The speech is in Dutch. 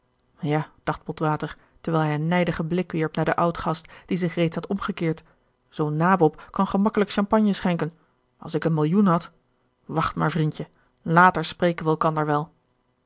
ja dacht botwater terwijl hij een nijdigen blik wierp naar den oudgast die zich reeds had omgekeerd zoo'n nabob kan gemakkelijk champagne schenken als ik een millioen had wacht maar vriendje later spreken we elkander wel